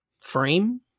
frame